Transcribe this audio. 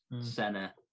Senna